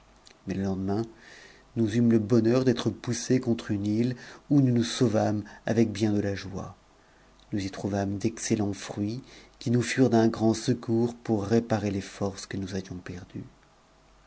mais le lendemain nous eûmes le bonheur d'être poussés tontrc une île où nous nous sauvâmes avec bien de la joie nous y trouâmes d'excellents fruits qui nous furent d'un grand secours pour réparer t t forces que nous avions perdues